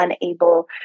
unable